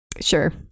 sure